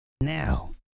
Now